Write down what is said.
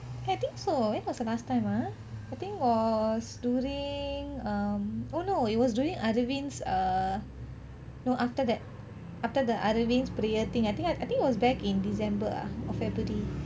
I think so when was the last time ah I think was during um oh no it was during aravind's uh no after that after the aravind's prayer thing I think it was back in december ah or february